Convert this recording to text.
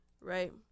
Right